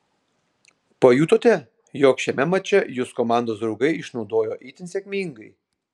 pajutote jog šiame mače jus komandos draugai išnaudojo itin sėkmingai